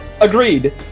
agreed